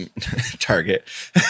target